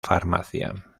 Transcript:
farmacia